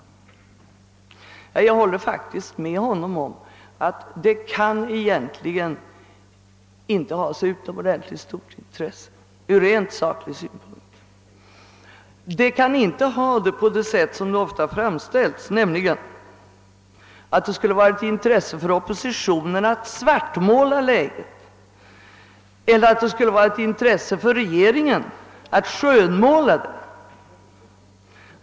Jag håller faktiskt med honom om att det egentligen inte kan ha så stort intresse ur rent saklig synpunkt — i varje fall inte på det sätt som frågan ofta framställs, nämligen att det skulle vara ett intresse för oppositionen att svartmåla läget eller för regeringen att skönmåla det.